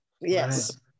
Yes